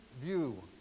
view